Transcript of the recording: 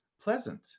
pleasant